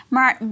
Maar